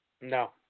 No